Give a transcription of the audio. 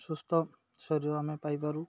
ସୁସ୍ଥ ଶରୀର ଆମେ ପାଇପାରୁ